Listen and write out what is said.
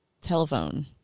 telephone